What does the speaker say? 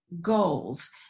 goals